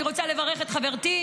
אני רוצה לברך את חברתי,